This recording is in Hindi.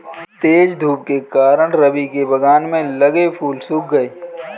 तेज धूप के कारण, रवि के बगान में लगे फूल सुख गए